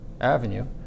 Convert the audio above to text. avenue